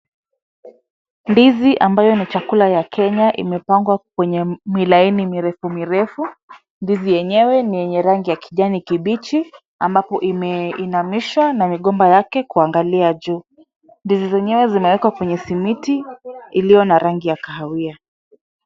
Ndizi ambayo ni chakula ya Kenya, imepangwa kwenye milaini mirefu mirefu. Ndizi yenyewe ni yenye rangi ya kijani kibichi, ambapo imeinamishwa na migomba yake kuangalia juu. Ndizi zenyewe zimewekwa kwenye simiti iliyo na rangi ya kahawia.